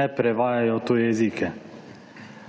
ne prevajajo v tuje jezike.